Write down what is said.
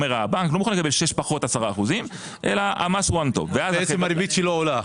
לקבל 6 פחות 10%. בעצם הריבית שלו עולה.